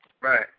Right